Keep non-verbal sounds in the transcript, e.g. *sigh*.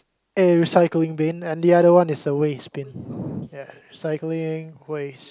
a recycling bin and the other one is a waste bin *breath* ya recycling waste